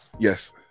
Yes